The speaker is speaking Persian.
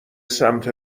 سمت